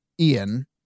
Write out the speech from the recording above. Ian